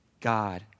God